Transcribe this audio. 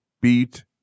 beat